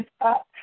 up